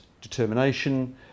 determination